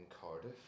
Cardiff